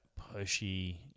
pushy